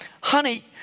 Honey